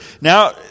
Now